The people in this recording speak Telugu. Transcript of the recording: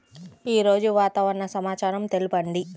ఈరోజు వాతావరణ సమాచారం తెలుపండి